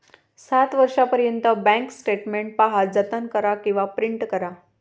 सात वर्षांपर्यंत bank statement पहा, जतन करा किंवा प्रिंट करा